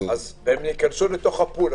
הם ייכנסו לפול.